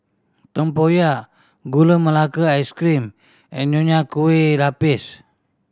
tempoyak Gula Melaka Ice Cream and Nonya Kueh Lapis